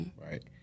right